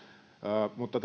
mutta